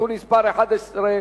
(תיקון מס' 11),